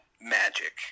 magic